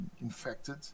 infected